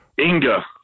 Inga